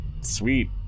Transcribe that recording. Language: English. sweet